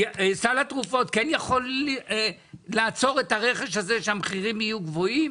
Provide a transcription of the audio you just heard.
סל התרופות כן יכול לעצור את הרכש הזה שהמחירים יהיו גבוהים?